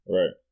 Right